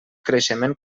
creixement